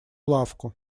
лавку